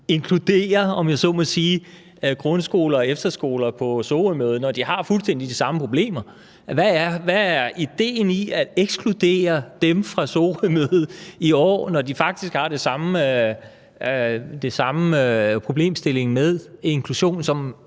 må sige, grundskoler og efterskoler på Sorømødet, når de har fuldstændig de samme problemer. Hvad er ideen i at ekskludere dem fra Sorømødet i år, når de faktisk har den samme problemstilling med inklusion,